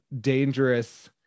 dangerous